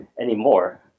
anymore